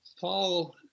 Paul